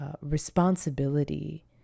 responsibility